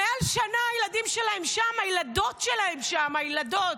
מעל שנה הילדים שלהם שם, הילדות שלהם שם, הילדות.